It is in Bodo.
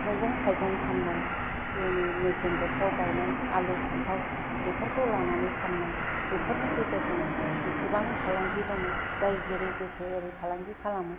मैगं थाइगं फाननाय जोङो मेसें बोथोराव गायनाय आलु फान्थाव बेफोरखौ लानानै फाननाय बेफोरनि गेजेरजों गोबां फालांगि दङ जाय जेरै गोसो एरै फालांगि खालामो